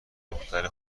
دختر